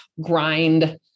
grind